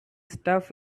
stuff